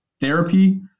therapy